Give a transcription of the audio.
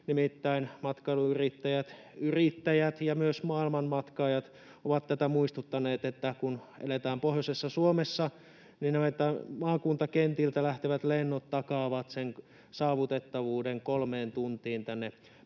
Nimittäin matkailuyrittäjät, yrittäjät ja myös maailmanmatkaajat ovat muistuttaneet, että kun eletään pohjoisessa Suomessa, niin maakuntakentiltä lähtevät lennot takaavat sen saavutettavuuden kolmeen tuntiin tänne